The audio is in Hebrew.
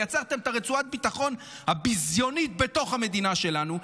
יצרתם את רצועת הביטחון הביזיונית בתוך המדינה שלנו.